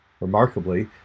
Remarkably